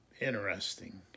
Interesting